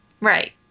right